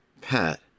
Pat